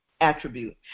attribute